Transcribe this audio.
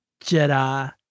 Jedi